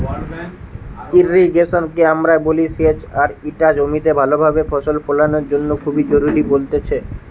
irrigation কে আমরা বলি সেচ আর ইটা জমিতে ভালো ভাবে ফসল ফোলানোর জন্য খুবই জরুরি বলতেছে